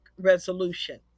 resolution